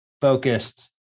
focused